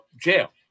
jail